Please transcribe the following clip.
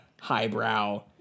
highbrow